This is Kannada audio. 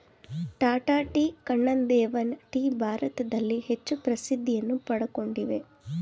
ಟಾಟಾ ಟೀ, ಕಣ್ಣನ್ ದೇವನ್ ಟೀ ಭಾರತದಲ್ಲಿ ಹೆಚ್ಚು ಪ್ರಸಿದ್ಧಿಯನ್ನು ಪಡಕೊಂಡಿವೆ